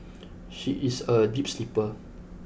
she is a deep sleeper